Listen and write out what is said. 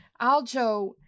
Aljo